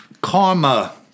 karma